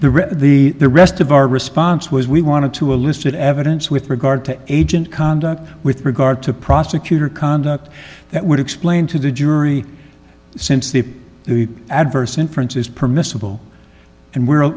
of the the rest of our response was we wanted to elicit evidence with regard to agent conduct with regard to prosecutor conduct that would explain to the jury since the adverse inference is permissible and where